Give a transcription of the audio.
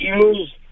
use